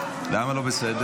לא בסדר, מאיר.